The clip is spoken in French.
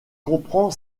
comprend